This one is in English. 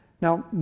Now